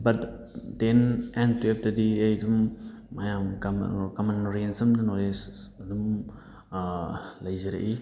but ten and ꯇꯨꯌꯦꯜꯇꯗꯤ ꯑꯩ ꯑꯗꯨꯝ ꯃꯌꯥꯝ ꯀꯃꯟ ꯔꯦꯟꯖ ꯑꯃꯗ ꯅꯣꯂꯦꯖ ꯑꯗꯨꯝ ꯂꯩꯖꯔꯛꯏ